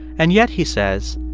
and yet, he says,